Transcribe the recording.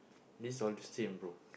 is all the same bro